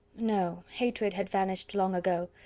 no hatred had vanished long ago,